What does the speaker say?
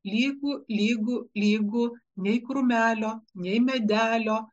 lygu lygu lygu nei krūmelio nei medelio